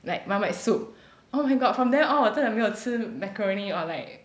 like marmite soup oh my god from then on 我真的没有吃 macaroni or like